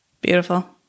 beautiful